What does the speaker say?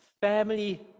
family